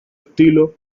estilo